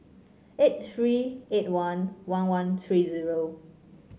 eight three eight one one one three zero